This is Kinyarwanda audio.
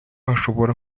hashobora